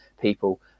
people